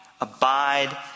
abide